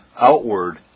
outward